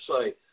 say